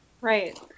Right